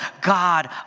God